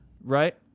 right